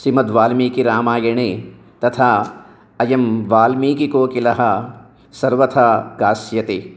श्रीमद्वाल्मीकिरामायणे तथा अयं वाल्मीकिकोकिलः सर्वथा गास्यते